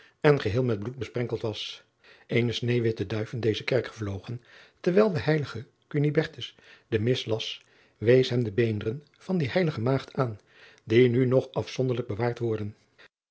en geheel met bloed besprenkeld was ene sneeuwwitte duif in deze kerk gevlogen terwijl de heilige de mis las wees hem de beenderen van die eilige aagd aan die nu nog afzonderlijk bewaard worden